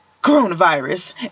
coronavirus